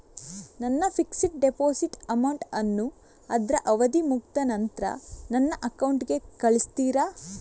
ನನ್ನ fixed deposit amount ಅನ್ನು ಅದ್ರ ಅವಧಿ ಮುಗ್ದ ನಂತ್ರ ನನ್ನ ಅಕೌಂಟ್ ಗೆ ಕಳಿಸ್ತೀರಾ?